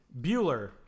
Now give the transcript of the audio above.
Bueller